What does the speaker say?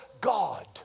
God